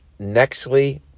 nextly